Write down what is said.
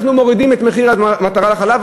אנחנו מורידים את מחיר המטרה לחלב.